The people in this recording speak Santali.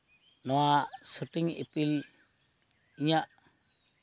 ᱱᱚᱣᱟ ᱥᱩᱴᱤᱝ ᱤᱯᱤᱞ ᱤᱧᱟᱹᱜ